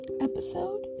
episode